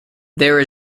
there